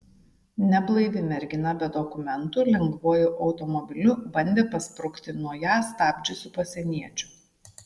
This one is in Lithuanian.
neblaivi mergina be dokumentų lengvuoju automobiliu bandė pasprukti nuo ją stabdžiusių pasieniečių